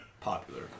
popular